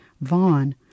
Vaughn